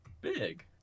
big